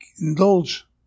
indulge